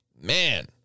Man